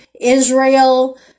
Israel